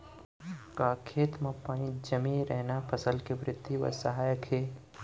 का खेत म पानी जमे रहना फसल के वृद्धि म सहायक हे?